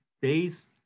based